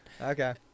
Okay